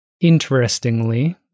interestingly